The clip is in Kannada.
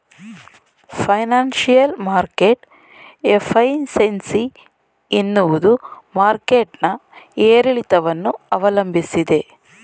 ಫೈನಾನ್ಸಿಯಲ್ ಮಾರ್ಕೆಟ್ ಎಫೈಸೈನ್ಸಿ ಎನ್ನುವುದು ಮಾರ್ಕೆಟ್ ನ ಏರಿಳಿತವನ್ನು ಅವಲಂಬಿಸಿದೆ